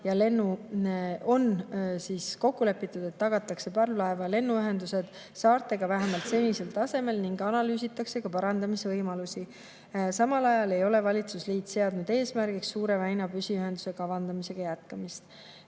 punktis 6.2.6 kokku lepitud, et tagatakse parvlaeva- ja lennuühendused saartega vähemalt senisel tasemel ning analüüsitakse nende parandamise võimalusi. Samal ajal ei ole valitsusliit seadnud eesmärgiks Suure väina püsiühenduse kavandamise jätkamist.